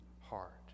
heart